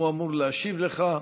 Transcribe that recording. הוא אמור להשיב לך.